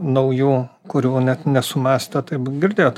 naujų kurių net nesumąstė taip girdėjot